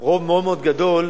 רוב מאוד מאוד גדול,